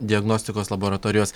diagnostikos laboratorijos